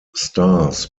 stars